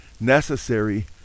necessary